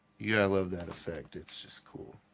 yeah love that effect, it's just cool.